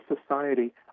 society